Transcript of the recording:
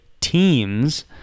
teams